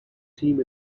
team